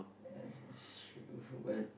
uh sure but